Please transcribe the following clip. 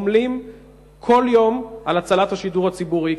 עמלים כל יום על הצלת השידור הציבורי,